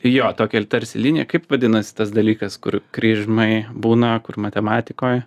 jo tokia ir tarsi liniją kaip vadinasi tas dalykas kur kryžmai būna kur matematikoje